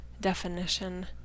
definition